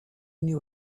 knew